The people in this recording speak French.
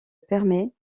permet